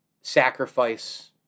sacrifice